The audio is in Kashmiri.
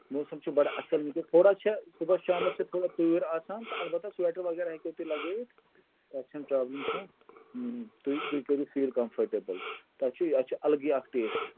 موسَم چھِ بَڑٕ اصٕل وٕنۍکٮ۪س تھوڑا چھےٚ صُبحَس شامَس چھِ تھوڑا تۭر آسان تہٕ البتہٕ سِویٹر وغیرہ ہیٚکِو تُہۍ لگٲوِتھ تَتھ چھَنہٕ پرٛابلِم کانٛہہ تُہۍ تُہۍ کٔرِو فیٖل کَمفٲٹیبٕل تۄہہِ چھِ اَتھ چھِ اَلگٕے اَکھ ٹیسٹ